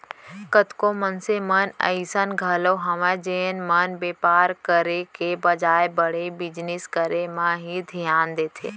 कतको मनसे मन अइसन घलौ हवय जेन मन बेपार करे के बजाय बड़े बिजनेस करे म ही धियान देथे